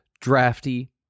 drafty